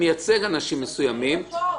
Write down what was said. מייצג אנשים מסוימים -- הם פה.